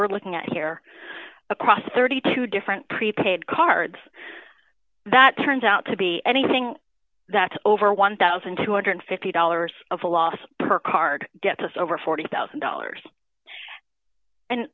we're looking at here across thirty two dollars different prepaid cards that turns out to be anything that's over one thousand two hundred and fifty dollars of a loss per card gets us over forty thousand dollars and